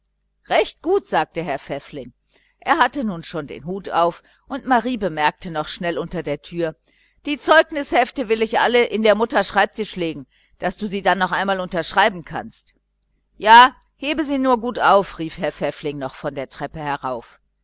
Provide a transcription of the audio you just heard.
recht gut sagte herr pfäffling er hatte nun schon den hut auf und marie bemerkte noch schnell unter der türe die zeugnisheftchen will ich alle in der mutter schreibtisch legen daß du sie dann einmal unterschreiben kannst ja hebe sie nur gut auf rief herr pfäffling noch von der treppe herauf